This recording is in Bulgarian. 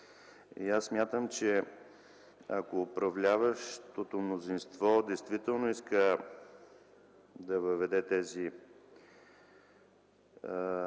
Смятам, че ако управляващото мнозинство действително иска да въведе тези